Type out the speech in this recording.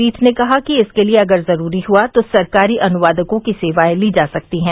पीठ ने कहा कि इसके लिए अगर जरूरी हुआ तो सरकारी अनुवादकों की सेवाएं ली जा सकती हैं